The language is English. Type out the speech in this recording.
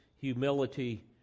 humility